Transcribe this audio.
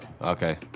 Okay